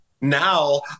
now